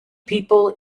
people